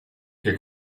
che